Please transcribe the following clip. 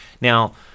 Now